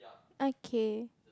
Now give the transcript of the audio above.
okay